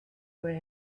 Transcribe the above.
where